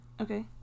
Okay